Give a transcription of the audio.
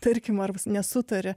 tarkim ar nesutaria